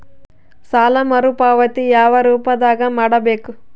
ಸಾಲ ಮರುಪಾವತಿ ಯಾವ ರೂಪದಾಗ ಮಾಡಬೇಕು?